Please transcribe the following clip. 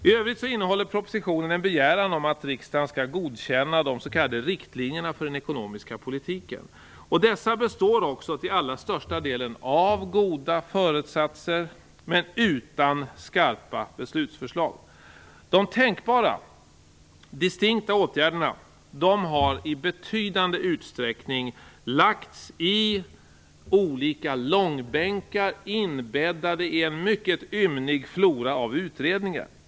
I övrigt innehåller propositionen en begäran om att riksdagen skall godkänna de s.k. riktlinjerna för den ekonomiska politiken. Dessa består också till allra största delen av goda föresatser, men det saknas skarpa beslutsförslag. De tänkbara distinkta åtgärderna har i betydande utsträckning lagts i olika långbänkar, inbäddade i en mycket ymnig flora av utredningar.